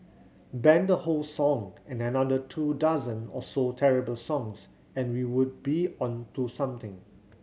ban the whole song and another two dozen or so terrible songs and we would be on to something